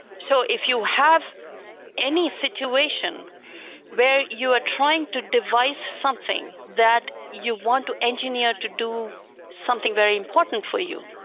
so if you have any situation where you are trying to device something that you want to engineer to do something very important for you,